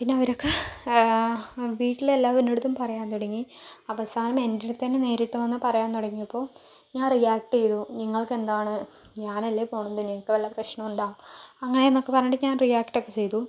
പിന്നെ അവരൊക്കെ വീട്ടിലെല്ലാവരുടെ അടുത്തും പറയാൻ തുടങ്ങി അവസാനം എൻ്റെ അടുത്ത് തന്നെ നേരിട്ട് വന്ന് പറയാൻ തുടങ്ങിയപ്പോൾ ഞാൻ റിയാക്റ്റ് ചെയ്തു നിങ്ങൾക്ക് എന്താണ് ഞാനല്ലേ പോകുന്നത് നിങ്ങൾക്ക് വല്ല പ്രശ്നമുണ്ടോ അങ്ങനെ എന്നൊക്കെ പറഞ്ഞിട്ട് ഞാൻ റിയാക്റ്റ് ഒക്കെ ചെയ്തു